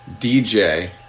DJ